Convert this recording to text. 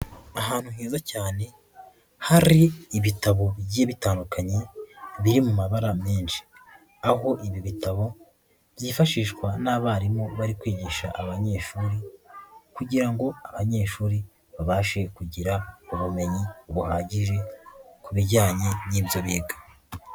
Ahantu heza cyane hari ibitabo bigiye bitandukanye, biri mu mabara menshi, aho ibi bitabo byifashishwa n'abarimu bari kwigisha abanyeshuri kugira ngo abanyeshuri babashe kugira ubumenyi buhagije ku bijyanye n'ibyo biga.